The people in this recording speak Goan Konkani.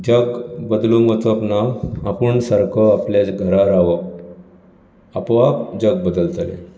जग बदलूंक वचप ना आपुण सारको आपल्या घरा रावप आपोआप जग बदलतलें